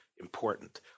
important